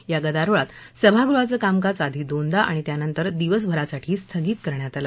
या गदारोळात सभागृहाचं कामकाज आधी दोनदा आणि त्यानंतर दिवसभरासाठी स्थगित करण्यात आलं